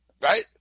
right